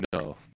No